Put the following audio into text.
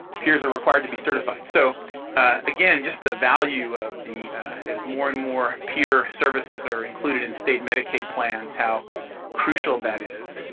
peers are required to be certified. so again, just the value of the as more and more peer services are included in state medicaid plans, how crucial that is.